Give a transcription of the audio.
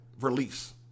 release